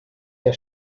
der